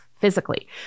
physically